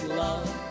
love